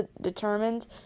determined